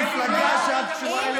המפלגה שאת קשורה אליה,